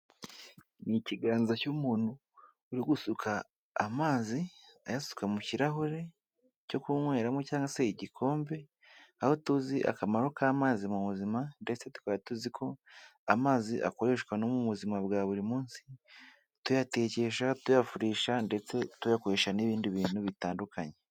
Ni ikiganza cy'umuntu uri gusuka amazi ayasuka mu kirahure cyo kunyweramo cyangwa se igikombe, aho tuzi akamaro k'amazi mu buzima ndetse tukaba tuzi ko amazi akoreshwa no mu buzima bwa buri munsi tuyatekesha, tuyafurisha ndetse tuyakoresha n'ibindi bintu bitandukanye.